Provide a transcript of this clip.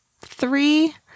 three